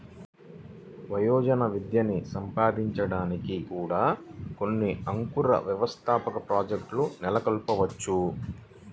వయోజన విద్యని సాధించడానికి కూడా కొన్ని అంకుర వ్యవస్థాపక ప్రాజెక్ట్లు నెలకొల్పవచ్చు